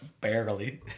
barely